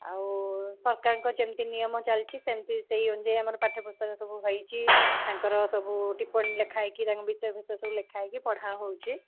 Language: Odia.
ଆଉ ସରକାରଙ୍କ ଯେମତି ନିୟମ ଚାଲିଛି ସେମତି ସେଇ ଅନୁଯାୟୀ ଆମର ପାଠ୍ୟପୁସ୍ତକ ସବୁ ହେଇଛି ତାଙ୍କର ସବୁ ଟିପ୍ପଣୀ ଲେଖା ହେଇକି ତାଙ୍କ ବିଷୟରେ ବିଷୟରେ ସବୁ ଲେଖାହେଇକି ପଢ଼ା ହେଉଛି